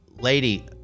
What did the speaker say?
Lady